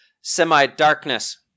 semi-darkness